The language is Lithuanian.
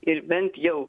ir bent jau